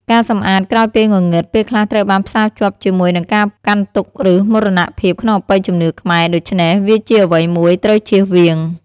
ការសម្អាតក្រោយពេលងងឹតពេលខ្លះត្រូវបានផ្សាភ្ជាប់ជាមួយនឹងការកាន់ទុក្ខឬមរណភាពក្នុងអបិយជំនឿខ្មែរ ដូច្នេះ វាជាអ្វីមួយត្រូវចៀសវាង។